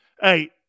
Hey